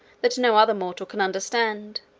that no other mortal can understand,